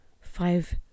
five